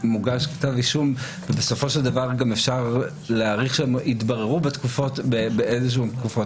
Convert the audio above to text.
שמוגש כתב אישום ובסופו של דבר אפשר להעריך שהם יתבררו באיזה תקופות.